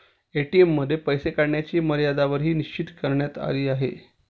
ATM मध्ये पैसे काढण्याची मर्यादाही निश्चित करण्यात आली आहे